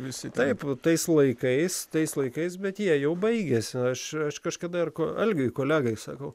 visi taip tais laikais tais laikais bet jie jau baigėsi aš aš kažkada ir algiui kolegai sakau